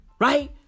right